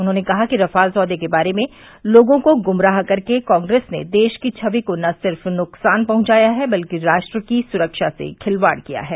उन्होंने कहा कि राफाल सौदे के बारे में लोगों को गुमराह करके कांग्रेस ने देश की छवि को न सिर्फ न्कसान पहुंचाया है बल्कि राष्ट्र की सुरक्षा से खिलवाड़ किया है